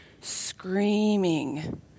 screaming